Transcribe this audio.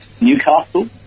Newcastle